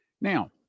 Now